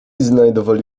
znajdowali